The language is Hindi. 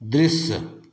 दृश्य